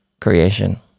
creation